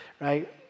right